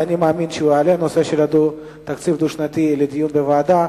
אני מאמין שהוא יעלה את הנושא של התקציב הדו-שנתי לדיון בוועדה.